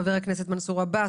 חבר הכנסת מנסור עבאס,